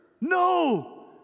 no